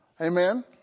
Amen